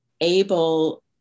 able